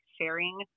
sharing